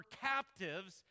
captives